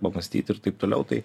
pamąstyt ir taip toliau tai